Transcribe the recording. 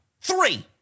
three